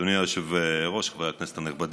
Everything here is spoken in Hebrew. אדוני היושב-ראש, חברי הכנסת הנכבדים,